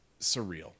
surreal